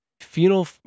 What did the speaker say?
Funeral